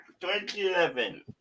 2011